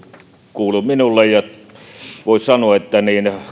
kuuluu minulle ja voi sanoa että